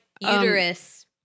Uterus